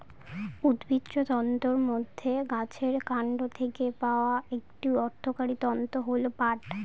উদ্ভিজ্জ তন্তুর মধ্যে গাছের কান্ড থেকে পাওয়া একটি অর্থকরী তন্তু হল পাট